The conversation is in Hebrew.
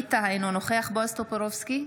ווליד טאהא, אינו נוכח בועז טופורובסקי,